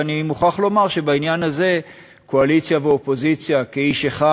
ואני מוכרח לומר שבעניין הזה קואליציה ואופוזיציה כאיש אחד,